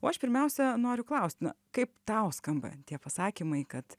o aš pirmiausia noriu klaust na kaip tau skamba tie pasakymai kad